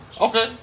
Okay